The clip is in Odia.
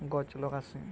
ଗଛ୍ ଲଗାସିଁ